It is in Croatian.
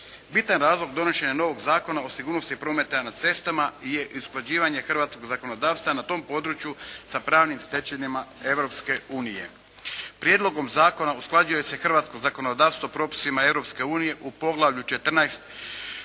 Bitan razlog donošenja novog Zakona o sigurnosti prometa na cestama je usklađivanje hrvatskog zakonodavstva na tom području sa pravnim stečevinama Europske unije. Prijedlogom zakona usklađuje se hrvatsko zakonodavstvo propisima Europske unije